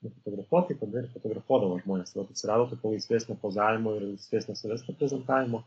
nufotografuoti tada ir fotografuodavo žmonės vat atsirado tokio laisvesnio pozavimo ir laisvesnio savęs reprezentavimo